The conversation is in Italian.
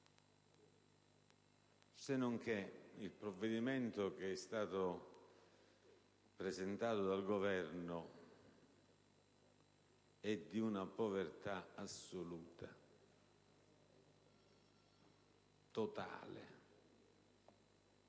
Senonché, il provvedimento presentato dal Governo è di una povertà assoluta, totale.